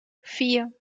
vier